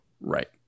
Right